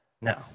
no